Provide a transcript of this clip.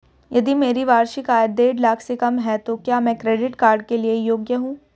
यदि मेरी वार्षिक आय देढ़ लाख से कम है तो क्या मैं क्रेडिट कार्ड के लिए योग्य हूँ?